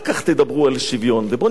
ובואו נזכור שמדינת ישראל,